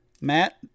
Matt